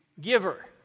giver